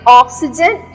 oxygen